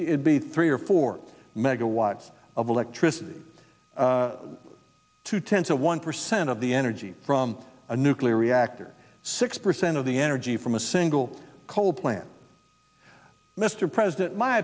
electricity be three or four megawatts of electricity two tenths of one percent of the energy from a nuclear reactor six percent of the energy from a single coal plant mr president my